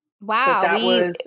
Wow